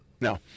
No